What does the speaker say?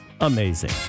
amazing